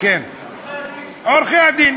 עורכי-הדין.